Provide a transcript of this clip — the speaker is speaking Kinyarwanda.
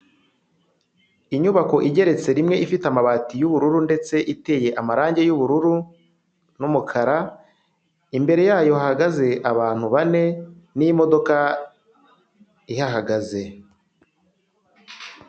Inyubako igeretse rimwe ifite amabati y'ubururu ndetse iteye amarange y'ubururu n'umukara, imbere yayo hahagaze abantu bane n'imodoka ihahagaze.